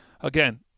again